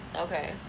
okay